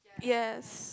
yes